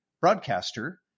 broadcaster